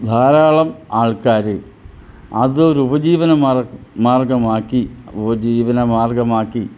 ധാരാളം ആൾക്കാർ അതൊരു ഉപജീവനമാർഗം മാർഗ്ഗമാക്കി ഉപജീവന മാർഗമാക്കി